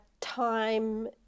time